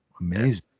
amazing